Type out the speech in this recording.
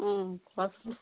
কোৱাচোন